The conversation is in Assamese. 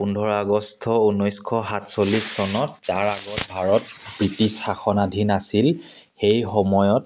পোন্ধৰ আগষ্ট ঊনৈছশ সাতচল্লিছ চনত তাৰ আগত ভাৰত ব্ৰিটিছ শাসনাধীন আছিল সেই সময়ত